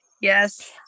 Yes